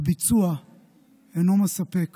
הביצוע אינו מספק